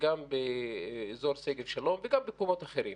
זה גם באזור שגב שלום וגם במקומות אחרים,